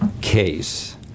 case